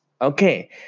Okay